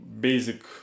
basic